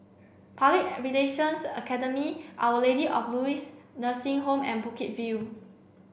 Public Relations Academy Our Lady of Lourdes Nursing Home and Bukit View